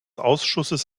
ausschusses